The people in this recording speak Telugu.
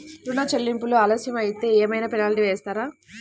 ఋణ చెల్లింపులు ఆలస్యం అయితే ఏమైన పెనాల్టీ వేస్తారా?